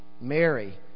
Mary